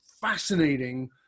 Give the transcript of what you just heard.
fascinating